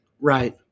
Right